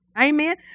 Amen